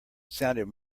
sounded